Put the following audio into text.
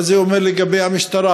מה זה אומר לגבי המשטרה?